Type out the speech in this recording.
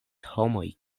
homoj